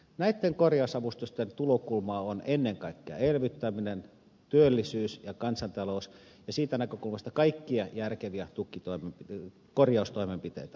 näitten korjausavustusten tulokulmaa on ennen kaikkea elvyttäminen työllisyys ja kansantalous ja siitä näkökulmasta kaikkia järkeviä korjaustoimenpiteitä tuetaan